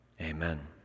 Amen